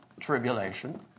Tribulation